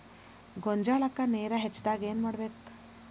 ಗೊಂಜಾಳಕ್ಕ ನೇರ ಹೆಚ್ಚಾದಾಗ ಏನ್ ಮಾಡಬೇಕ್?